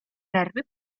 nerwy